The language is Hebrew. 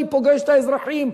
אני פוגש את האזרחים.